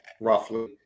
roughly